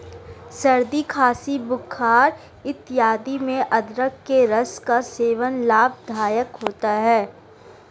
सर्दी खांसी बुखार इत्यादि में अदरक के रस का सेवन लाभदायक होता है